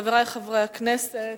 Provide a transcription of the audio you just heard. חברי חברי הכנסת,